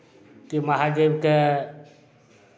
कि महादेवके